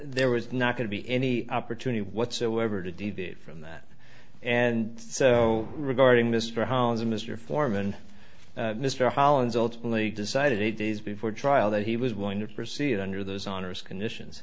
there was not going to be any opportunity whatsoever to deviate from that and so regarding mr holmes mr foreman mr holland's ultimately decided eight days before trial that he was willing to proceed under those honors conditions